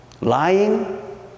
Lying